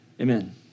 Amen